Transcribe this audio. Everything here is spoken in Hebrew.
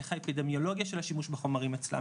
איך האפידמיולוגיה של השימוש בחומרים אצלם,